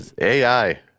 AI